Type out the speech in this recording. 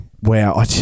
wow